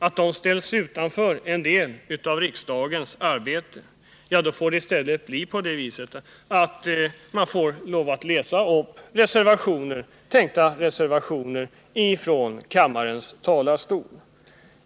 Vi ställs utanför en del av riksdagens arbete, och då får det i stället bli på det viset att man får lov att läsa upp tänkta reservationer från kammarens talarstol.